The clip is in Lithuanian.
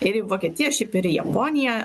ir į vokietiją šiaip ir japoniją